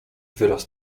wyraz